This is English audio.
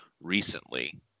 recently